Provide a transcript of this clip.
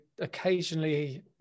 occasionally